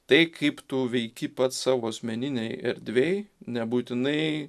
tai kaip tu veiki pats savo asmeninėj erdvėj nebūtinai